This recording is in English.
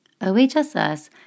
OHSS